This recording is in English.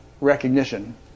recognition